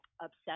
obsessed